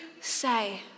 say